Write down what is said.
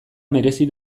merezi